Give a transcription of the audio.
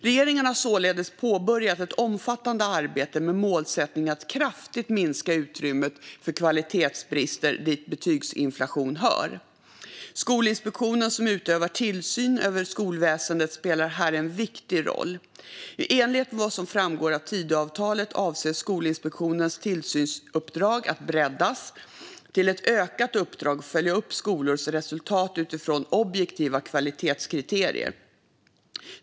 Regeringen har således påbörjat ett omfattande arbete med målsättningen att kraftigt minska utrymmet för kvalitetsbrister, dit betygsinflation hör. Skolinspektionen, som utövar tillsyn över skolväsendet, spelar här en viktig roll. I enlighet med vad som framgår av Tidöavtalet avses Skolinspektionens tillsynsuppdrag att breddas till ett ökat uppdrag att följa upp skolors resultat utifrån objektiva kvalitetskriterier.